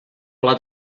pla